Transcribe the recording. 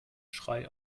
schrei